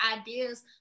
ideas